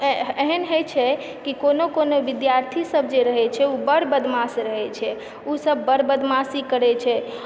एहन होय छै कि कोनो कोनो विद्यार्थीसभ जे रहय छै ओ बड़ बदमाश रहय छै ओसभ बड़ बदमाशी करय छै